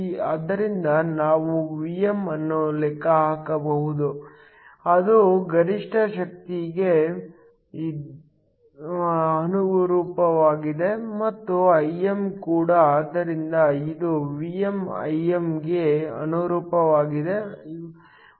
ಆದ್ದರಿಂದ ನಾವು Vm ಅನ್ನು ಲೆಕ್ಕಹಾಕಬಹುದು ಅದು ಗರಿಷ್ಠ ಶಕ್ತಿಗೆ ಅನುರೂಪವಾಗಿದೆ ಮತ್ತು Im ಕೂಡ ಆದ್ದರಿಂದ ಇದು Vm Im ಗೆ ಅನುರೂಪವಾಗಿದೆ